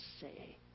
say